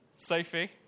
Sophie